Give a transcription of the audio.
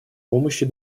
помощи